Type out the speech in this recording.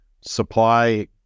supply